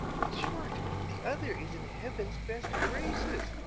in short, the other is in heaven's best graces,